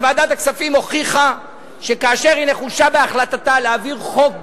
אבל ועדת הכספים הוכיחה שכאשר היא נחושה בהחלטתה להעביר חוק,